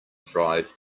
drive